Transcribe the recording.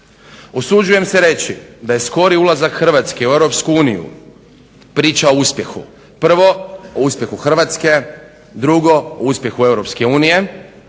Usuđujem se reći da je skori ulazak Hrvatske u EU priča o uspjehu. Prvo o uspjehu Hrvatske, drugo o uspjehu EU